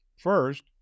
First